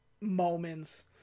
moments